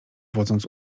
wodząc